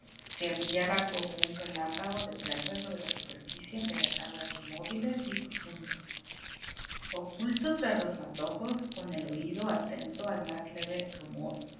que brillaba como un relámpago de plata sobre la superficie de las aguas inmóviles y profundas oculto tras los matojos con el oído atento al más leve rumor